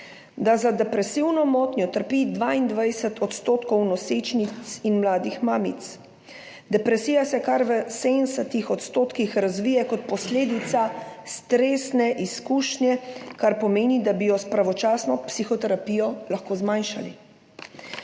Za depresivno motnjo trpi 22 % nosečnic in mladih mamic. Depresija se kar v 70 % razvije kot posledica stresne izkušnje, kar pomeni, da bi jo s pravočasno psihoterapijo lahko zmanjšali.